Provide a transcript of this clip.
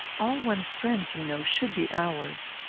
all one's friends, you know, should be ours.